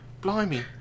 Blimey